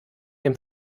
dem